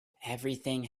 everything